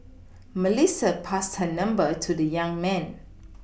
Melissa passed her number to the young man